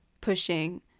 pushing